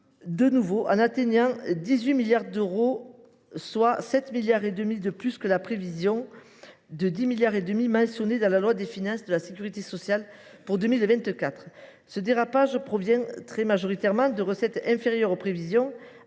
de nouveau en 2024. Il atteint 18 milliards d’euros, soit 7,5 milliards d’euros de plus que la prévision mentionnée dans la loi de financement de la sécurité sociale pour 2024. Ce dérapage provient très majoritairement de recettes inférieures aux prévisions.